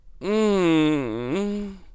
mmm